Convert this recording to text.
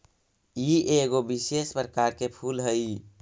ई एगो विशेष प्रकार के फूल हई